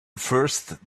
first